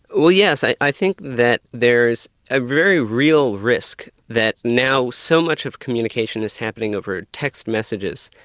well yes. i i think that there's a very real risk that now so much of communication is happening over text messages,